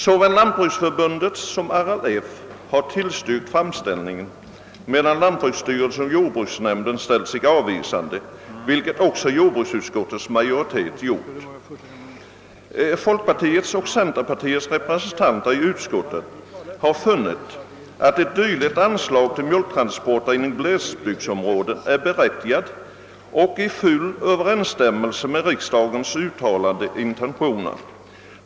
Såväl Lantbruksförbundet som RLF har tillstyrkt framställningen, medan lantbruksstyrelsen och jordbruksnämnden har ställt sig avvisande, vilket också jordbruksutskottets majoritet gjort. Folkpartiets och centerpartiets representanter inom utskottet har funnit att ett dylikt anslag till mjölktransporter inom glesbygdsområden är berättigat och i full överensstämmelse med riksdagens uttalade intentioner.